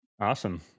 Awesome